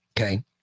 Okay